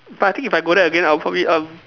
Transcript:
but I think if I go there again I'll probably um